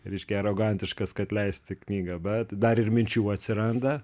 reiškia arogantiškas kad leisti knygą bet dar ir minčių atsiranda